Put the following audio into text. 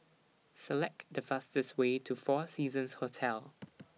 Select The fastest Way to four Seasons Hotel